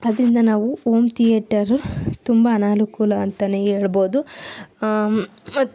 ಅದರಿಂದ ನಾವು home theatre ತುಂಬ ಅನಾನುಕೂಲ ಅಂತಲೇ ಹೇಳ್ಬೋದು ಮತ್ತೆ